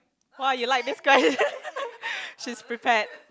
!wah! you like this guy she is prepared